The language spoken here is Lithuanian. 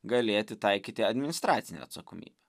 galėti taikyti administracinę atsakomybę